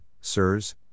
Sirs